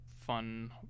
fun